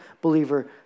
believer